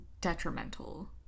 detrimental